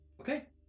Okay